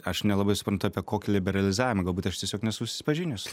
aš nelabai suprantu apie kokį liberalizavimą galbūt aš tiesiog nesusipažinęs